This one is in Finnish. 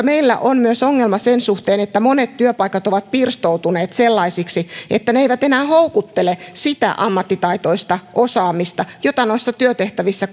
meillä on myös ongelma sen suhteen että monet työpaikat ovat pirstoutuneet sellaisiksi että ne eivät enää houkuttele sitä ammattitaitoista osaamista jota noissa työtehtävissä